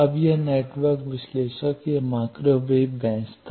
अब यह नेटवर्क विश्लेषक यह माइक्रोवेव बेंच था